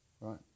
right